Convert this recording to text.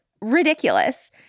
ridiculous